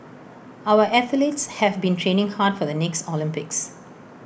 our athletes have been training hard for the next Olympics